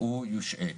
הוא יושעה.